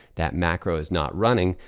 that macro is not running.